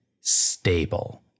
stable